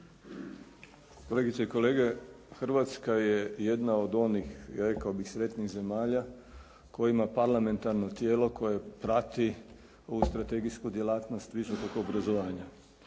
Kolegice i kolege. Hrvatska je jedna od onih rekao bih sretnijih zemalja kojima parlamentarno tijelo koje prati ovu strategijsku djelatnost visokog obrazovanja.